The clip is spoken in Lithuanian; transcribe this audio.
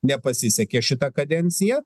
nepasisekė šita kadencija